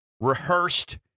rehearsed